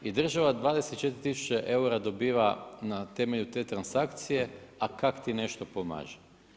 I država 24 tisuće eura dobiva na temelju te transakcije a kak'ti nešto pomaže.